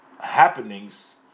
happenings